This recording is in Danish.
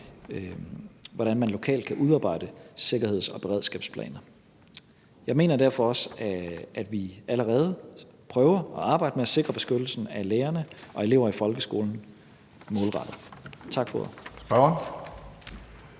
hvordan man lokalt kan udarbejde sikkerheds- og beredskabsplaner. Jeg mener derfor også, at vi allerede prøver at arbejde målrettet med at sikre beskyttelsen af lærerne og eleverne i folkeskolen. Tak for ordet.